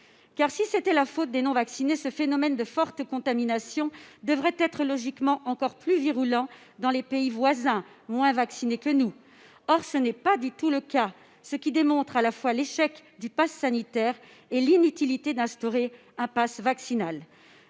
Car, si c'était la faute des non-vaccinés, ce phénomène de fortes contaminations devrait être logiquement encore plus virulent dans les pays voisins, moins vaccinés que nous. Or ce n'est pas du tout le cas, ce qui démontre à la fois l'échec du passe sanitaire et l'inutilité d'instaurer un passe vaccinal.